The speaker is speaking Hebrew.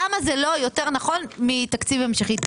למה זה לא יותר נכון מתקציב המשכי?